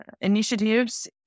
initiatives